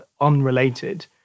unrelated